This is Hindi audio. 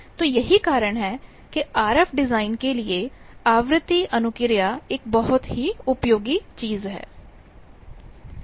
तो यही कारण है कि आरएफ डिजाइन के लिए आवृत्ति अनुक्रिया एक बहुत ही उपयोगी चीज है